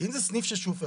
כי אם זה סניף של שופרסל,